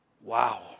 wow